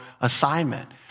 assignment